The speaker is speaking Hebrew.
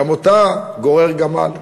גם אותה גורר גמל.